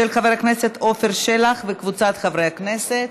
של חבר הכנסת עפר שלח וקבוצת חברי הכנסת.